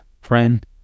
Friend